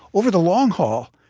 over the long haul,